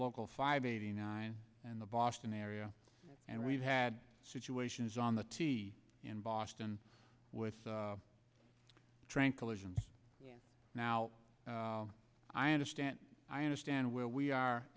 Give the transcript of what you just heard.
local five eighty nine and the boston area and we've had situations on the t in boston with a train collision now i understand i understand where we